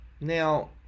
Now